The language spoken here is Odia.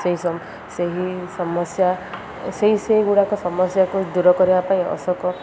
ସେହି ସେହି ସମସ୍ୟା ସେଇ ସେଇ ଗୁଡ଼ାକ ସମସ୍ୟାକୁ ଦୂର କରିବା ପାଇଁ ଅଶୋକ